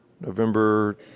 November